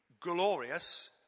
glorious